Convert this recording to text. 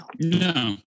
No